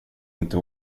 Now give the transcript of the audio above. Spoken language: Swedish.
inte